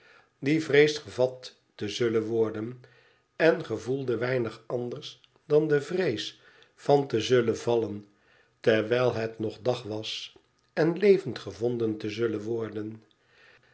die vreest gevat te zullen worden en gevoelde weinig anders dan de vrees van te zullen vallen terwijl het nog dag was en levend gevonden te zullen worden